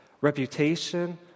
reputation